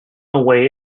away